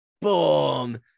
Boom